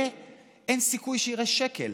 אין סיכוי שיראה שקל.